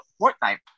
Fortnite